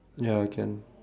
ya can